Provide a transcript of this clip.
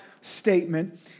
statement